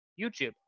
YouTube